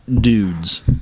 dudes